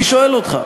אני שואל אותך,